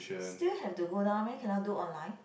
still have to go down meh cannot do online